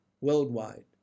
worldwide